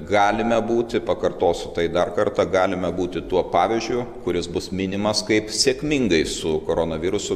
galime būti pakartosiu tai dar kartą galime būti tuo pavyzdžiu kuris bus minimas kaip sėkmingai su koronavirusu